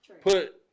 put